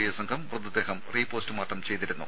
I സംഘം മൃതദേഹം re postmortem ചെയ്തിരുന്നു